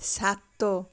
ସାତ